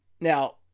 now